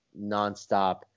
nonstop